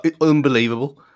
Unbelievable